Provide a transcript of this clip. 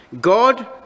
God